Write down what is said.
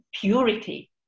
purity